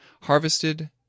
harvested